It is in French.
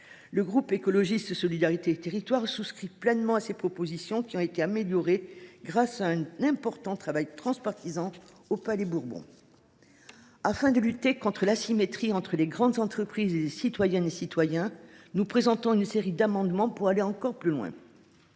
Le groupe Écologiste – Solidarité et Territoires souscrit pleinement à ces propositions, qui ont été améliorées grâce à l’important travail transpartisan mené au Palais Bourbon. Afin de lutter contre l’asymétrie entre les grandes entreprises, d’une part, et les citoyennes et citoyens, de l’autre, nous avons déposé une série d’amendements pour aller plus loin